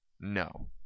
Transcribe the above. No